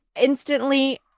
instantly